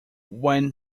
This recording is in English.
when